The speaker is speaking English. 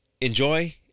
enjoy